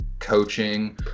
coaching